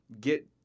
get